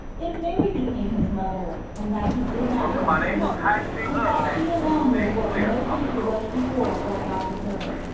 if mary became his mother, and that he did not come sooner, was that she alone was what no creature was before or after her,